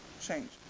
change